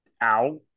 out